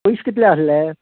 पयशे कितले आसले